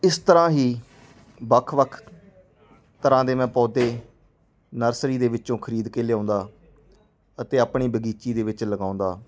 ਇਸ ਤਰ੍ਹਾਂ ਹੀ ਵੱਖ ਵੱਖ ਤਰ੍ਹਾਂ ਦੇ ਮੈਂ ਪੌਦੇ ਨਰਸਰੀ ਦੇ ਵਿੱਚੋਂ ਖਰੀਦ ਕੇ ਲਿਆਉਂਦਾ ਅਤੇ ਆਪਣੀ ਬਗੀਚੀ ਦੇ ਵਿੱਚ ਲਗਾਉਂਦਾ